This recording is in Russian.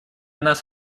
нас